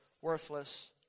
worthless